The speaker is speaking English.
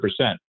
100%